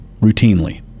routinely